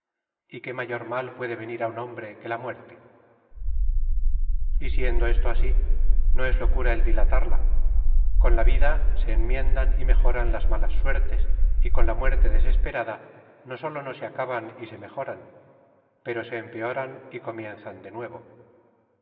y qué mayor mal puede venir á un hombre que la muerte y siendo esto así no es locura el dilatarla con la vida se enmiendan y mejoran las malas suertes y con la muerte desesperada no sólo no se acaban y se mejoran pero se empeoran y comienzan de nuevo